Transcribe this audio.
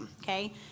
okay